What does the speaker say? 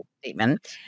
statement